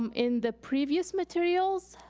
um in the previous materials,